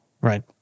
right